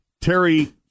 Terry